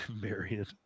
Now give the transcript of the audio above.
Marion